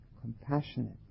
compassionate